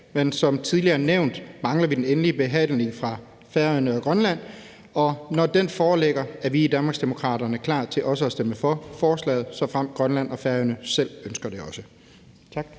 Men som tidligere nævnt mangler vi den endelige behandling på Færøerne og i Grønland, og når den foreligger, er vi i Danmarksdemokraterne klar til også at stemme for forslaget, såfremt Grønland og Færøerne også selv ønsker det.